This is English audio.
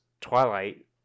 Twilight